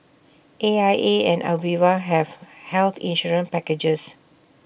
A I A and Aviva have health insurance packages